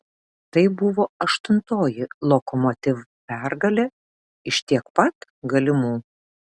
tai buvo aštuntoji lokomotiv pergalė iš tiek pat galimų